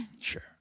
Sure